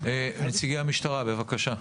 נציגי המשטרה, בבקשה.